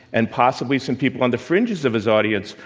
and possibly some people on the fringes of his audience,